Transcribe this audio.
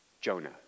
Jonah